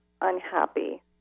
unhappy